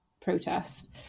protest